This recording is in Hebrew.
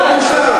ציטוט אחד.